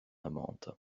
amante